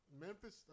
Memphis